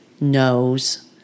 Knows